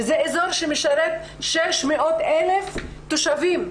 וזה אזור שמשרת 600,000 תושבים,